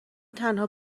تنها